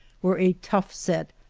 were a tough set,